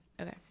Okay